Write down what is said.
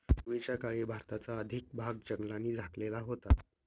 पूर्वीच्या काळी भारताचा अधिक भाग जंगलांनी झाकलेला होता